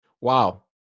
Wow